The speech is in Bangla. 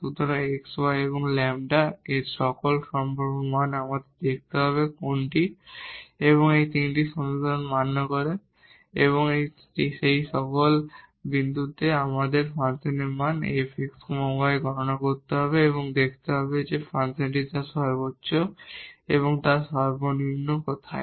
সুতরাং x y এবং λ এর সকল সম্ভাব্য মান আমাদের দেখতে হবে কোনটি এই তিনটি সমীকরণকে মান্য করে এবং তারপর সেই সকল বিন্দুতে আমাদের ফাংশন মান f x y গণনা করতে হবে এবং দেখতে হবে যে ফাংশনটি তার ম্যাক্সিমা এবং তার মিনিমা কোথায়